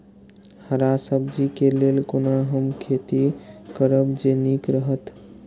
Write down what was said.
हरा सब्जी के लेल कोना हम खेती करब जे नीक रहैत?